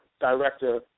director